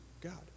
God